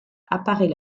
apparaît